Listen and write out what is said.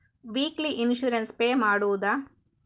Weekly insurance pay ಮಾಡುವುದ?